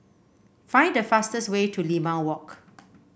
find the fastest way to Limau Walk